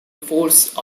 force